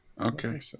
Okay